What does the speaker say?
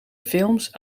films